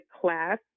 class